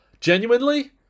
Genuinely